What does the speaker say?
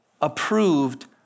approved